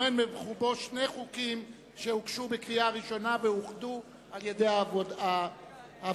הטומן בחובו שני חוקים שהתקבלו בקריאה ראשונה ואוחדו על-ידי הוועדה.